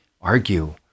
argue